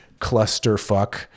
clusterfuck